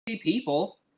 people